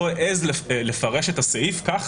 לא העז לפרש את הסעיף כך